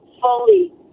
fully